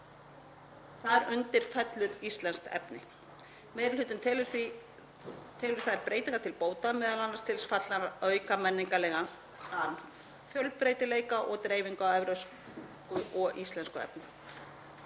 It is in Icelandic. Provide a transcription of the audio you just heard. þar undir fellur íslenskt efni. Meiri hlutinn telur þær breytingar til bóta og m.a. til þess fallnar að auka menningarlegan fjölbreytileika og dreifingu á evrópsku og íslensku efni.